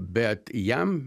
bet jam